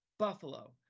Buffalo